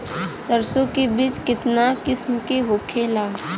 सरसो के बिज कितना किस्म के होखे ला?